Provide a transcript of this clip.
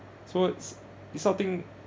so it's this type of thing